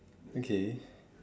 okay